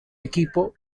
equipo